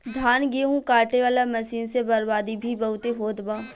धान, गेहूं काटे वाला मशीन से बर्बादी भी बहुते होत बा